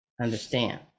understand